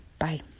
bye